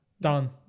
Done